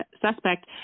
suspect